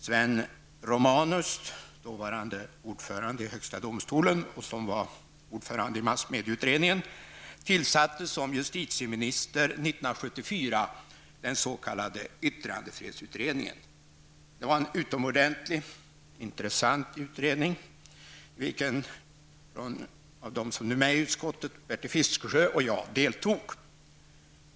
Sven Romanus, som varit ordförande i högsta domstolen och i massmedieutredningen, tillsatte som justitiemininster 1977 den s.k. yttrandefrihetsutredningen. Det var en utomordentligt intressant utredning, i vilken bland nuvarande utskottsledamöter Bertil Fiskesjö och jag deltog.